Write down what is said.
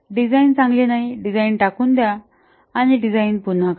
design चांगले नाही design टाकून द्या डिझाईन पुन्हा करा